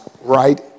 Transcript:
right